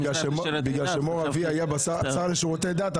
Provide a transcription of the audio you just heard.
בגלל שמורי אבי היה השר לשירותי דת,